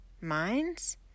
Mines